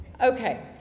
Okay